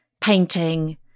painting